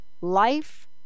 life